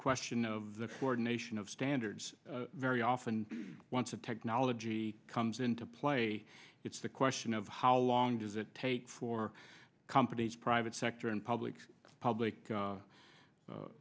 question of the ordination of standards very often once a technology comes into play it's the question of how long does it take for companies private sector and public public